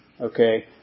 okay